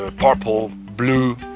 ah purple, blue